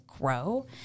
grow